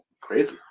Crazy